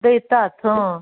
देतात हां